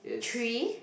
three